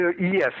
Yes